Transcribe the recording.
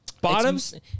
Bottoms